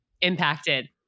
impacted